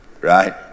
Right